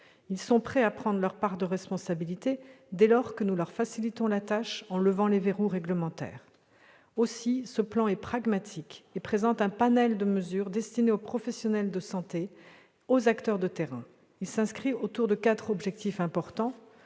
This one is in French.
sont prêts à prendre leur part de responsabilité, dès lors que nous leur facilitons la tâche en levant les verrous réglementaires. Aussi, ce plan est pragmatique et présente un panel de mesures destinées aux professionnels de santé et aux acteurs de terrain. Il s'inscrit autour de quatre objectifs importants